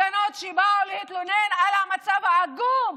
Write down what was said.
הפגנות שבאו להתלונן על המצב העגום,